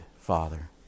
Father